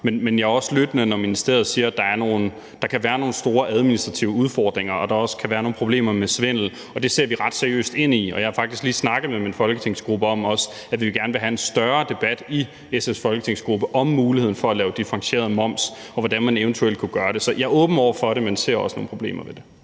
Men jeg er også lyttende, når ministeriet siger, at der kan være nogle store administrative udfordringer, og at der også kan være nogle problemer med svindel, og det ser vi ret seriøst på. Jeg har faktisk lige snakket med min folketingsgruppe om, at vi også gerne vil have en større debat i SF's folketingsgruppe om muligheden for at lave differentieret moms og om, hvordan man eventuelt kunne gøre det. Så jeg er åben over for det, men ser også nogle problemer ved det.